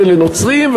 ולנוצרים,